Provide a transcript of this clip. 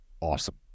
awesome